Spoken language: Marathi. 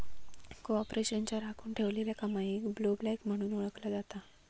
कॉर्पोरेशनच्या राखुन ठेवलेल्या कमाईक ब्लोबॅक म्हणून ओळखला जाता